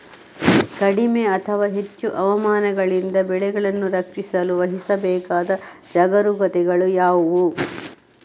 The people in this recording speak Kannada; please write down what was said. ಕಡಿಮೆ ಅಥವಾ ಹೆಚ್ಚು ಹವಾಮಾನಗಳಿಂದ ಬೆಳೆಗಳನ್ನು ರಕ್ಷಿಸಲು ವಹಿಸಬೇಕಾದ ಜಾಗರೂಕತೆಗಳು ಯಾವುವು?